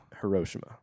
Hiroshima